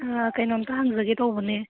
ꯑꯥ ꯀꯔꯤꯅꯣꯝꯇ ꯍꯪꯖꯒꯦ ꯇꯧꯕꯅꯦ